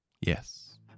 Yes